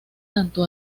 tanto